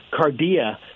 Cardia